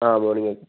ആ മോർണിംഗ്